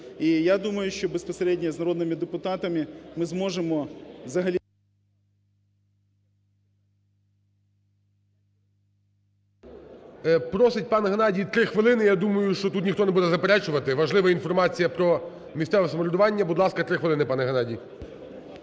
я думаю, що безпосередньо з народними депутатами ми зможемо взагалі… ГОЛОВУЮЧИЙ. Просить пан Геннадій три хвилини, я думаю, що тут ніхто не буде заперечувати, важлива інформація про місцеве самоврядування. Будь ласка, три хвилини, пане Геннадій.